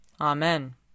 Amen